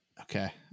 Okay